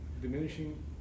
diminishing